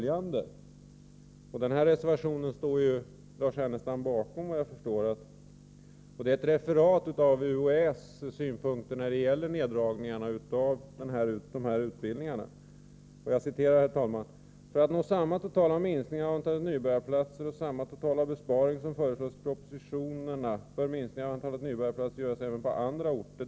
Jag kanske har läst fel, men det står i alla fall på s. 14 i betänkandet när det gäller UHÄ:s synpunkter på neddragningar av dessa utbildningar: ”För att nå samma totala minskning av antalet nybörjarplatser och samma totala besparing som föreslås i propositionerna bör minskningar av antalet nybörjarplatser göras även på andra orter.